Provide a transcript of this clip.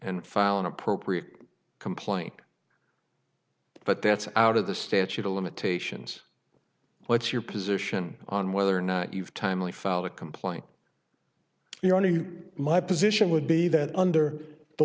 and file an appropriate complaint but that's out of the statute of limitations what's your position on whether or not you've timely filed a complaint your only my position would be that under the